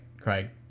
Craig